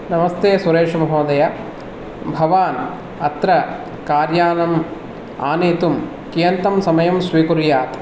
नमस्ते सुरेशमहोदय भवान् अत्र कार् यानम् आनेतुं कियन्तं समयं स्वीकुर्यात्